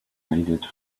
needed